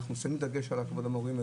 אנחנו שמים דגש על הכבוד למורים,